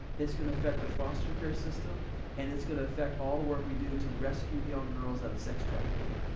it's gonna affect the foster care system and it's gonna affect all the work we do to rescue young girls out of sex trafficking.